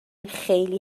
خیلی